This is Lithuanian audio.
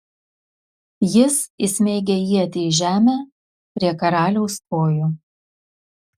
jis įsmeigia ietį į žemę prie karaliaus kojų